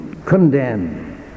condemn